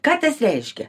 ką tas reiškia